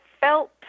felt